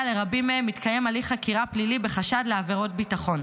לרבים מהם מתקיים הליך חקירה פלילי בחשד לעבירות ביטחון.